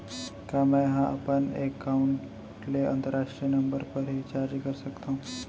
का मै ह अपन एकाउंट ले अंतरराष्ट्रीय नंबर पर भी रिचार्ज कर सकथो